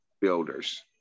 builders